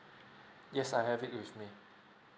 yes I have it with me